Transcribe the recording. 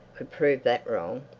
could prove that wrong.